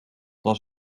was